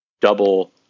double